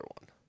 one